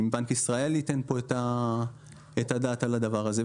אם בנק ישראל ייתן כאן את הדעת כל הדבר הזה.